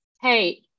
hey